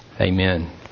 Amen